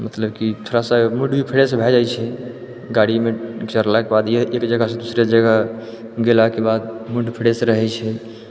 मतलब की थोड़ा सा मूड भी फ्रेस भऽ जाइ छै गाड़ीमे चढ़लाके बाद एक जगहसँ दोसर जगह गेलाके बाद मूड फ्रेस रहै छै